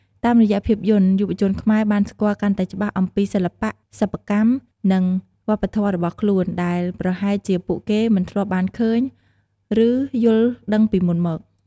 តាមរយៈភាពយន្ត យុវជនខ្មែរបាន ស្គាល់កាន់តែច្បាស់អំពីសិល្បៈ សិប្បកម្ម និងវប្បធម៌របស់ខ្លួន ដែលប្រហែលជាពួកគេមិនធ្លាប់បានឃើញ ឬយល់ដឹងពីមុនមក។